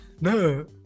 no